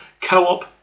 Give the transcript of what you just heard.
co-op